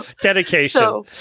Dedication